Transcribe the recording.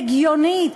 הגיונית,